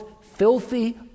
filthy